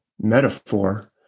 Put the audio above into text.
metaphor